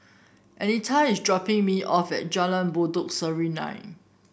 Anita is dropping me off at Jalan Pokok Serunai